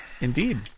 Indeed